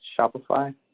Shopify